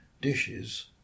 dishes